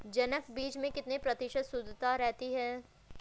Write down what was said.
जनक बीज में कितने प्रतिशत शुद्धता रहती है?